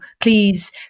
please